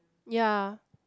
ya